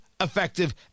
effective